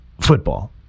football